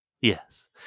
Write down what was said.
Yes